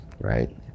right